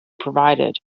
provided